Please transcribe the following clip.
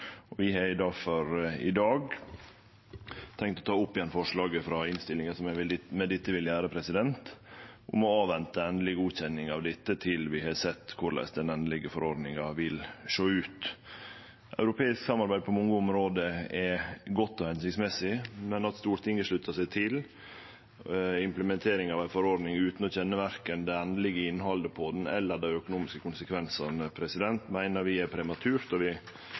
Vi vil difor i dag ta opp forslaga frå innstillinga – som eg med dette gjer – om å avvente endeleg godkjenning av dette til vi har sett korleis den endelege forordninga vil sjå ut. Europeisk samarbeid er på mange område godt og hensiktsmessig, men at Stortinget sluttar seg til implementering av ei forordning utan å kjenne verken det endelege innhaldet eller dei økonomiske konsekvensane, meiner vi er prematurt, og vi